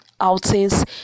outings